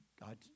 God